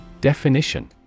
definition